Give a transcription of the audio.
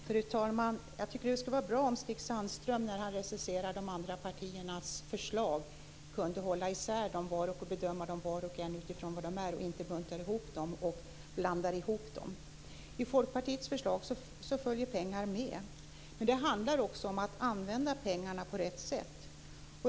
Fru talman! Jag tycker att det skulle vara bra om Stig Sandström, när han recenserar de andra partiernas förslag, kunde hålla isär dem och bedöma dem vart och ett utifrån vad de står för och inte blanda ihop dem. I Folkpartiets förslag följer pengar med, men det handlar också om att använda pengarna på rätt sätt.